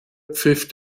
pfiff